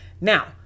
Now